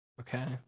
Okay